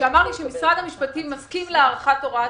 והוא אמר לי שמשרד המשפטים מסכים להארכת הוראת